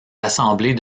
assemblées